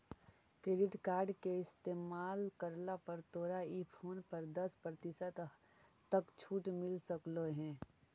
credit card के इस्तेमाल करला पर तोरा ई फोन पर दस प्रतिशत तक छूट मिल सकलों हे